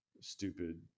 stupid